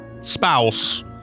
spouse